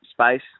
space